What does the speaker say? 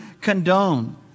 condone